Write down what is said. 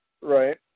Right